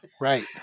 Right